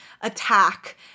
attack